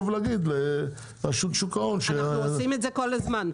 ולהגיד לרשות שוק ההון ש --- אנחנו עושים את זה כל הזמן.